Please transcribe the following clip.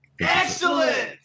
excellent